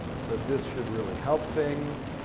so this should really help things.